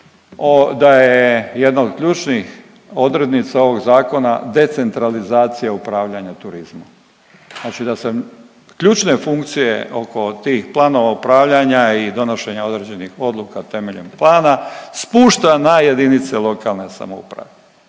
da je jedna od ključnih odrednica ovog Zakona decentralizacija upravljanja turizmom, znači da sam, ključne funkcije oko tih planova upravljanja i donošenja određenih odluka temeljem plana, spušta na jedinice lokalne samouprave.